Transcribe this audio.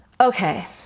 Okay